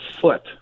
foot